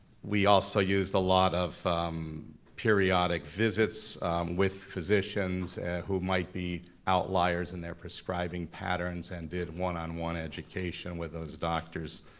we also used a lot of periodic visits with physicians who might be outliers in their prescribing patterns and did one-on-one education with those doctors.